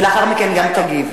ולאחר מכן גם תגיב,